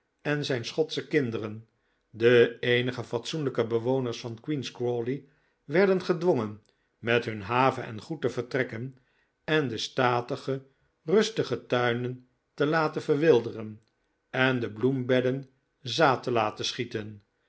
en zijn schotsche kinderen de eenige fatsoenlijke bewoners van queen's crawley werden gedwongen met hun have en goed te vertrekken en de statige rustige tuinen te laten verwilderen en de bloembedden zaad te laten schieten